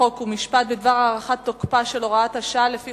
חוק ומשפט בדבר הארכת תוקפה של הוראת השעה לפי